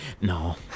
No